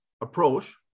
approach